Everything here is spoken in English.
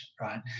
right